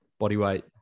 bodyweight